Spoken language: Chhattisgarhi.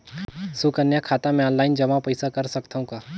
सुकन्या खाता मे ऑनलाइन पईसा जमा कर सकथव का?